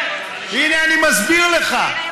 הינה, אני מסביר לך,